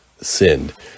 sinned